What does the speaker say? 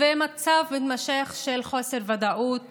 ומצב מתמשך של חוסר ודאות